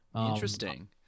Interesting